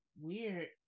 weird